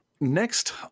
Next